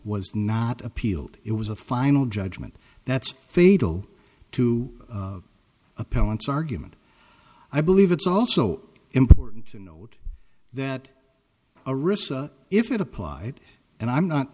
was not appealed it was a final judgment that's fatal to appellant's argument i believe it's also important to note that a risk if it applied and i'm not